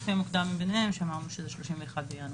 לפי המוקדם מביניהם." שאמרנו שזה 31 בינואר.